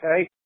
okay